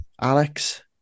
Alex